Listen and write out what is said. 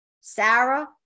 Sarah